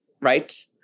right